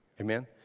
Amen